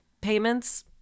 payments